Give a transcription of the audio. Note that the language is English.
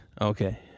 Okay